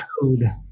code